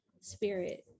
spirit